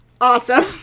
awesome